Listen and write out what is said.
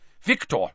Victor